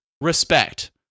respect